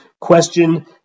question